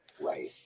Right